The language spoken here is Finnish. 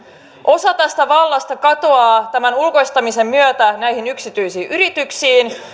osa tästä vallasta katoaa tämän ulkoistamisen myötä näihin yksityisiin yrityksiin